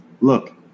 look